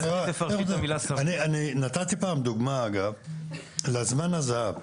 אני נתתי פעם דוגמה אגב, לזמן הזהב.